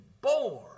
born